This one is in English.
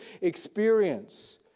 experience